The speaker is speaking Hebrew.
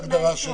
זו ההגדרה,